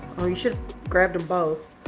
well you should've grabbed em both,